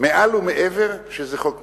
מעל ומעבר שזה חוק מצוין.